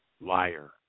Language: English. liar